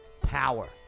power